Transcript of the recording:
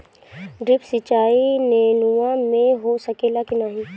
Drip सिंचाई नेनुआ में हो सकेला की नाही?